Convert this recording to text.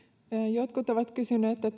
jotkut ovat kysyneet